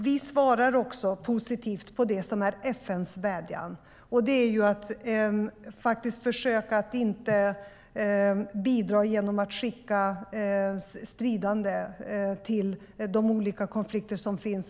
Vi svarar positivt på FN:s vädjan, nämligen att inte bidra genom att skicka stridande till de olika konflikter som finns.